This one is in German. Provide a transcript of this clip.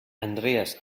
andreas